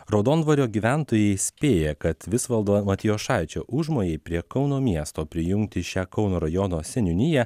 raudondvario gyventojai spėja kad visvaldo matijošaičio užmojai prie kauno miesto prijungti šią kauno rajono seniūniją